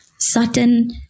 Certain